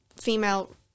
female